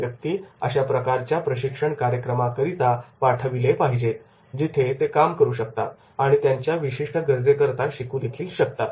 असे व्यक्ती अशा प्रकारच्या प्रशिक्षण कार्यक्रमाकरिता पाठवले पाहिजेत जिथे ते काम करू शकतात आणि त्यांच्या विशिष्ट गरजे करता शिकूदेखील शकतात